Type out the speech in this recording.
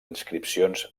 inscripcions